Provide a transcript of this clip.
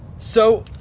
so.